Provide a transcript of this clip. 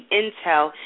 intel